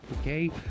okay